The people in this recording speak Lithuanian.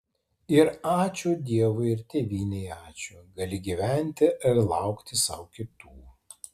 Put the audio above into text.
ir ačiū dievui ir tėvynei ačiū gali gyventi ir laukti sau kitų